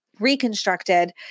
Reconstructed